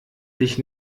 dich